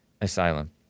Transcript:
Asylum